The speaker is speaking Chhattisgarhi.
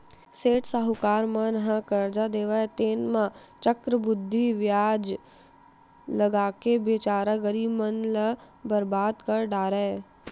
सेठ साहूकार मन ह करजा देवय तेन म चक्रबृद्धि बियाज लगाके बिचारा गरीब मनखे ल बरबाद कर डारय